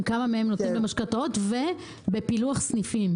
כמה נותנים משכנתאות ובפילוח סניפים,